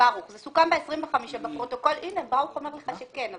זה סוכם ב-25 ביולי 2017. הנה, ברוך אומר לך שכן.